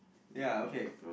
ya okay